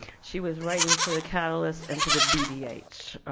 she was writing for the catalyst and for the bdh.